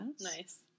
Nice